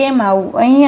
તો કેમ આવું